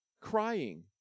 crying